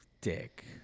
dick